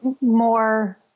more